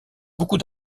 beaucoup